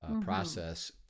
process